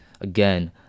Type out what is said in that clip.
again